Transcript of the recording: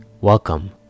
Welcome